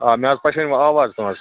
آ مےٚ حظ پہچانمو آواز تُہنٛز